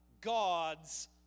God's